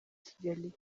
kigali